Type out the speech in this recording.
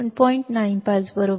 75 V2 2 तर 2